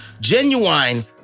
genuine